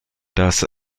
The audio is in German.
das